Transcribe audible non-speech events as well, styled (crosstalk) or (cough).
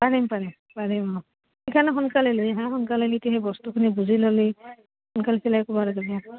পাৰিম পাৰিম পাৰিম অঁ সেইকাৰণে সোনকালে লৈ আহাঁ (unintelligible) সেই বস্তুখিনি (unintelligible)